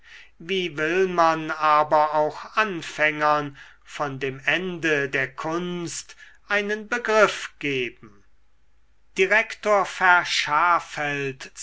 wie will man aber auch anfängern von dem ende der kunst einen begriff geben direktor verschaffelts